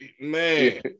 Man